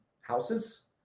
houses